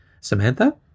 Samantha